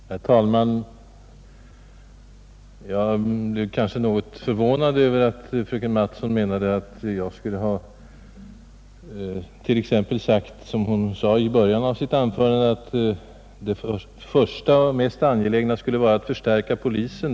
Herr talman! Jag blev kanske något förvånad när fröken Mattson i början av sitt anförande menade att jag skulle ha sagt att det första och mest angelägna skulle vara att förstärka polisen.